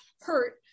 hurt